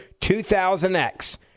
2000X